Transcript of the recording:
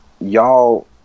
y'all